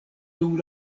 dum